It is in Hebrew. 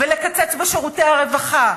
ולקצץ בשירותי הרווחה,